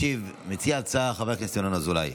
ישיב מציע ההצעה, חבר הכנסת ינון אזולאי.